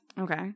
Okay